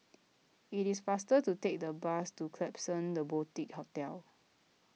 it is faster to take the bus to Klapsons the Boutique Hotel